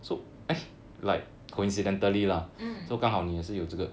mm